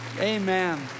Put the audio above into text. Amen